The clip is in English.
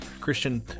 Christian